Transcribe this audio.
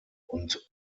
und